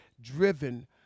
driven